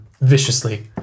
viciously